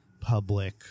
public